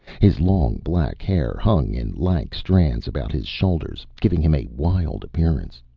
his long black hair hung in lank strands about his shoulders, giving him a wild appearance.